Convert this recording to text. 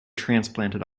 transplanted